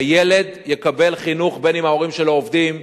הילד יקבל חינוך בין אם ההורים שלו עובדים,